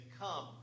come